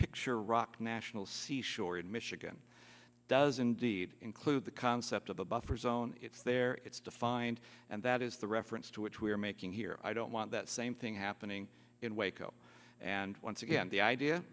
picture rock national seashore in michigan does indeed include the concept of the buffer zone it's there it's defined and that is the reference to which we are making here i don't want that same thing happening in waco and once again the idea